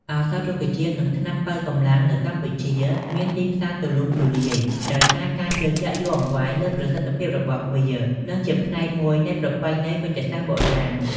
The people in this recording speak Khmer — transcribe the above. ឱសថរុក្ខជាតិ និងថ្នាំប៉ូវកម្លាំងនៅកម្ពុជាមានទីផ្សារទូលំទូលាយ ដោយសារការជឿជាក់យូរអង្វែងលើប្រសិទ្ធភាពរបស់វា និងជាផ្នែកមួយនៃប្រពៃណីវេជ្ជសាស្ត្របុរាណ។